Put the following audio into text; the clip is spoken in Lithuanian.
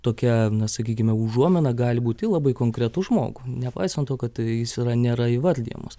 tokia na sakykime užuomina gali būt į labai konkretų žmogų nepaisant to kad jis yra nėra įvardijamas